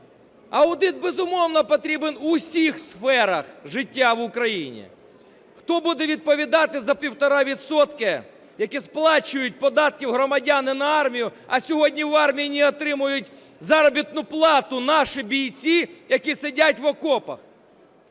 Аудит, безумовно, потрібен в усіх сферах життя в Україні. Хто буде відповідати за 1,5 відсотка, які сплачують податки громадяни на армію, а сьогодні в армії не отримують заробітну плату наші бійці, які сидять в окопах?